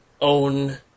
own